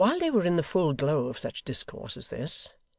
while they were in the full glow of such discourse as this,